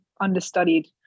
understudied